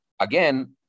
again